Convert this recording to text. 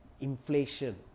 inflation